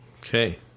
Okay